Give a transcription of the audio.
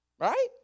Right